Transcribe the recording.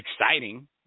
exciting